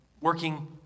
working